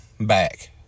back